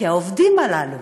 כי העובדים הללו,